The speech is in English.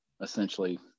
essentially